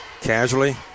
casually